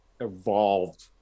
evolved